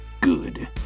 good